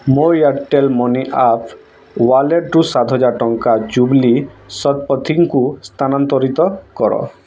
ମୋ Airtel money app ୱାଲେଟ୍ରୁ ସାତ ହଜାର ଟଙ୍କା ଜୁବ୍ଲି ଶତପଥୀଙ୍କୁ ସ୍ଥାନାନ୍ତରିତ କର